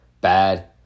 Bad